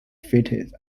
fitted